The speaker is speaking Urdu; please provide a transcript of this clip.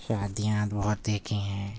شادیاں بہت دیکھی ہیں